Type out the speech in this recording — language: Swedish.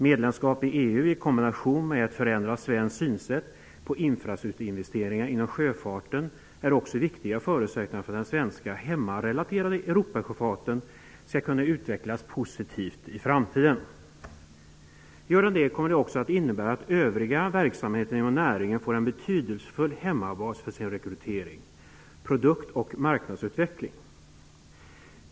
Medlemskap i EU i kombination med ett förändrat svenskt synsätt på infrastrukturinvesteringar inom sjöfarten är också en viktig förutsättning för att den svenska ''hemmarelaterade'' Europasjöfarten skall kunna utvecklas positivt i framtiden. Om den gör det kommer det också att innebära att övriga verksamheter inom näringen får en betydelsefull hemmabas för sin rekrytering, produkt och marknadsutveckling.